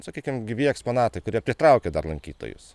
sakykim gyvi eksponatai kurie pritraukia lankytojus